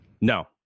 No